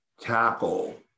tackle